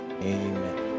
Amen